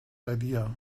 idea